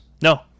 No